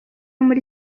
muri